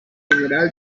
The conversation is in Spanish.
general